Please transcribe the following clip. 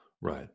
Right